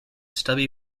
stubby